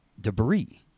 debris